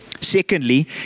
Secondly